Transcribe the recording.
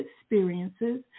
experiences